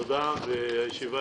תודה, הישיבה